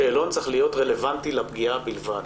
השאלון צריך להיות רלוונטי לפגיעה בלבד,